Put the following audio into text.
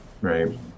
Right